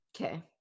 Okay